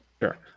sure